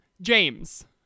James